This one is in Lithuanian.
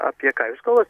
apie ką jūs kalbat